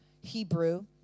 Hebrew